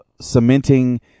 cementing